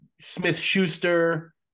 Smith-Schuster